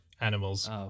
animals